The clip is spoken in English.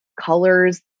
colors